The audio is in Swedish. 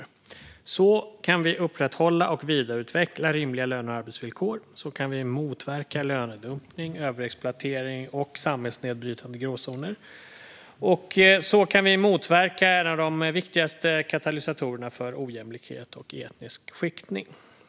På så vis kan vi upprätthålla och vidareutveckla rimliga löne och arbetsvillkor, och på så vis kan vi motverka lönedumpning, överexploatering och samhällsnedbrytande gråzoner. På så vis kan vi även motverka en av de viktigaste katalysatorerna för ojämlikhet och etnisk skiktning.